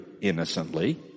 innocently